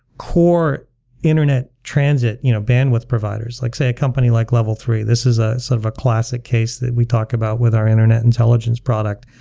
core internet transit you know bandwidth providers, like, say, a company like level iii. this is ah sort of a classic case that we talk about with our internet intelligence product.